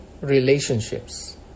relationships